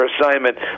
assignment